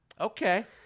okay